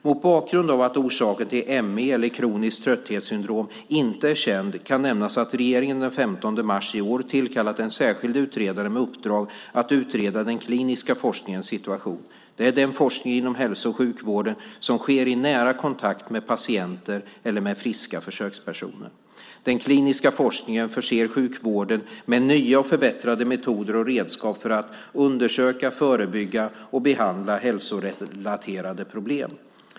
Mot bakgrund av att orsaken till ME eller kroniskt trötthetssyndrom inte är känd, kan nämnas att regeringen den 15 mars i år tillkallat en särskild utredare med uppdrag att utreda den kliniska forskningens situation. Det är den forskning inom hälso och sjukvården som sker i nära kontakt med patienter eller med friska försökspersoner. Den kliniska forskningen förser sjukvården med nya och förbättrade metoder och redskap för att undersöka, förebygga och behandla hälsorelaterade problem.